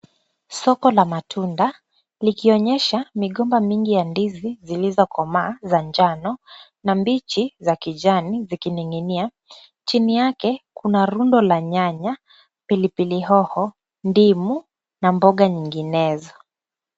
Soko la matunda likionyesha migomba mingi ya ndizi zilizokomaa za njano, na mbichi za kijani zikining'inia .Chini yake kuna rundo la nyanya, pilipili hoho, ndimu na mboga nyinginezo.